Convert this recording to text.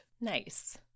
Nice